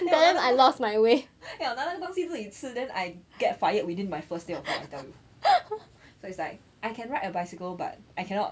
then 我拿那个东西我拿那个东西自己吃 then I get fired within my first year of work I tell you so it's like I can ride a bicycle but I cannot